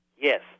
Yes